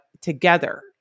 together